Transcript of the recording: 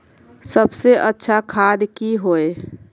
सबसे अच्छा खाद की होय?